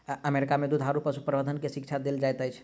America में दुधारू पशु प्रबंधन के शिक्षा देल जाइत अछि